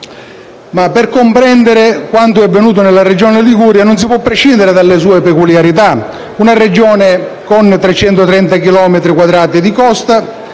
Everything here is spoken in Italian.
Per comprendere quanto è avvenuto nella Regione Liguria non si può prescindere dalle sue peculiarità: una Regione con 330 chilometri di costa,